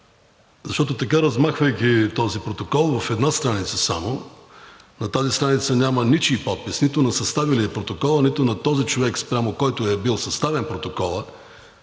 Защото така, размахвайки този протокол в една страница само, на тази страница няма ничий подпис – нито на съставилия протокола, нито на този човек, спрямо който е бил съставен протоколът.